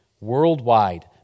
Worldwide